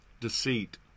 deceit